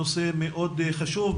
נושא מאוד חשוב,